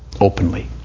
Openly